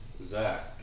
Zach